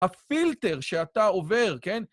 הפילטר שאתה עובר, כן?